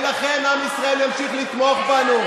ולכן עם ישראל ימשיך לתמוך בנו,